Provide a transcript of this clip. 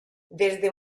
desde